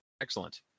Excellent